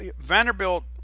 Vanderbilt